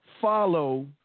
follow